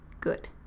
good